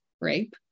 rape